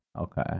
Okay